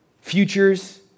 futures